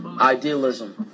idealism